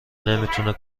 نمیتونه